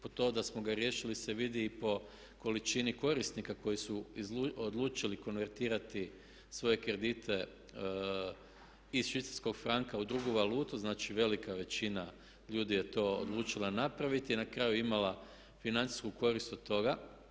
Po tom da smo ga riješili se vidi i po količini korisnika koji su odlučili konvertirati svoje kredite iz švicarskog franka u drugu valutu, znači velika većina ljudi je to odlučila napraviti i na kraju imala financijsku korist od toga.